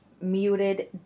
muted